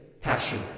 passion